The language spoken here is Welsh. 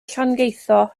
llangeitho